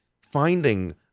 finding